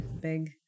big